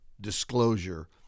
disclosure